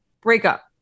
breakup